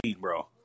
bro